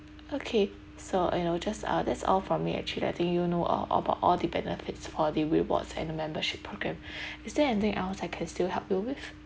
okay so you know just ah that's all from me actually I think you know all about all the benefits for the rewards and the membership program is there anything else I can still help you with